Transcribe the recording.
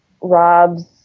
Rob's